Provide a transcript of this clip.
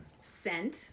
Scent